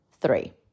three